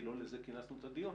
כי לא לזה כינסנו את הדיון,